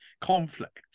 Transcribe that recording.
conflict